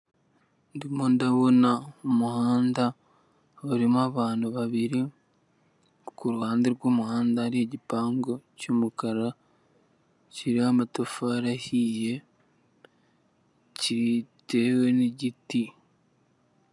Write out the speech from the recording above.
Ndimo ndabona umuhanda urimo abantu babiri kuruhande rw'umuhanda hari igipangu cy'umukara kiriho amatafari ahiye kitewe n'igiti.